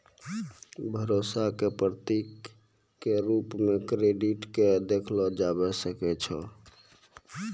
भरोसा क प्रतीक क रूप म क्रेडिट क देखलो जाबअ सकै छै